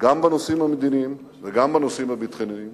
גם בנושאים המדיניים וגם בנושאים הביטחוניים